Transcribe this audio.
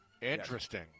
Interesting